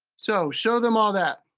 so show them all that.